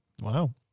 Wow